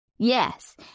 Yes